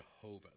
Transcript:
Jehovah